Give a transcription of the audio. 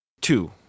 Two